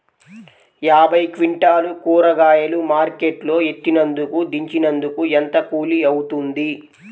యాభై క్వింటాలు కూరగాయలు మార్కెట్ లో ఎత్తినందుకు, దించినందుకు ఏంత కూలి అవుతుంది?